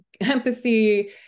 empathy